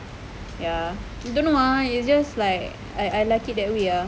ya don't know ah it's just like I I like it that way ah